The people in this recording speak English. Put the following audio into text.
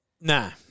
Nah